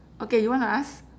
okay you wanna ask